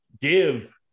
give